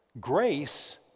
grace